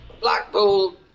Blackpool